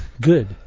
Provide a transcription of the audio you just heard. good